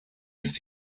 ist